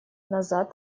назад